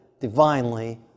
divinely